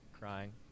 crying